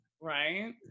Right